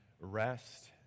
Rest